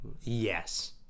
yes